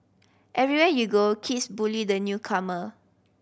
everywhere you go kids bully the newcomer